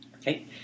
okay